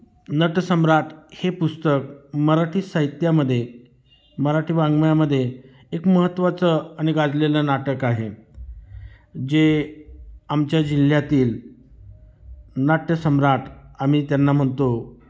नटसम्राट हे पुस्तक मराठी साहित्यामध्ये मराठी वाङ्मयामध्ये एक महत्त्वाचं आणि गाजलेलं नाटक आहे जे आमच्या जिल्ह्यातील नाट्यसम्राट आम्ही त्यांना म्हणतो